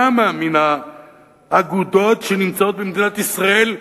כמה מהאגודות שנמצאות במדינת ישראל,